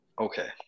okay